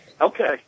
Okay